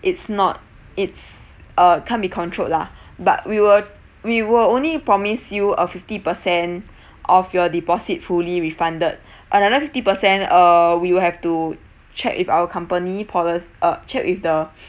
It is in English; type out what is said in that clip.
it's not it's uh can't be controlled lah but we would we will only promise you a fifty percent of your deposit fully refunded another fifty percent uh we will have to check with our company polic~ uh check with the